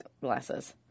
glasses